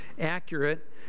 accurate